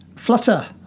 Flutter